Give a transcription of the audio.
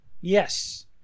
yes